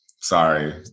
Sorry